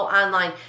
online